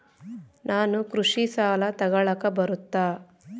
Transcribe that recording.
ನಾನು ಕೃಷಿ ಸಾಲ ತಗಳಕ ಬರುತ್ತಾ?